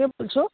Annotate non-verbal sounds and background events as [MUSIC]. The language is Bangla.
[UNINTELLIGIBLE] বলছ